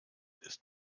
ist